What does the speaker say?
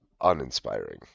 uninspiring